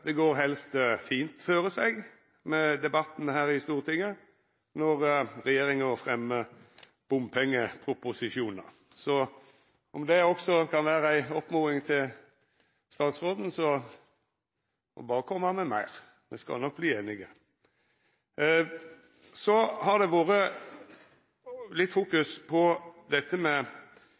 det går helst fint føre seg i debatten i Stortinget når regjeringa fremjar bompengeproposisjonar. Om dette også kan vera ei oppmoding til statsråden: Han må berre koma med meir, me skal nok verta einige. Det har vore litt fokusering på dette med